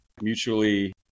mutually